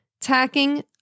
tacking